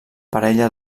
parella